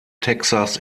texas